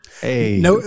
Hey